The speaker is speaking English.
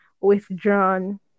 withdrawn